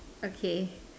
okay